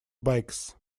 bags